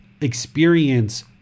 experience